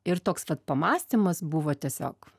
ir toks vat pamąstymas buvo tiesiog